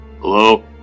Hello